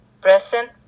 Present